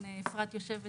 מסכמים